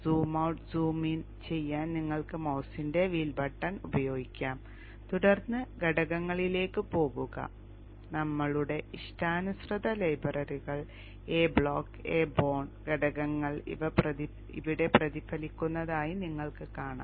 zoom out zoom in ചെയ്യാൻ നിങ്ങൾക്ക് മൌസിന്റെ വീൽ ബട്ടൺ ഉപയോഗിക്കാം തുടർന്ന് ഘടകങ്ങളിലേക്ക് പോകുക ഞങ്ങളുടെ ഇഷ്ടാനുസൃത ലൈബ്രറികൾ A ബ്ലോക്ക് A ബോണ്ട് ഘടകങ്ങൾ ഇവിടെ പ്രതിഫലിക്കുന്നതായി നിങ്ങൾ കാണുന്നു